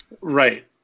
Right